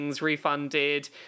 refunded